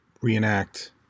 reenact